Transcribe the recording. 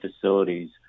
facilities